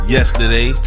Yesterday